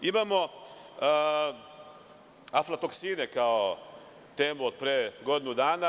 Imamo aflatoksine kao temu od pre godinu dana.